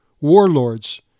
warlords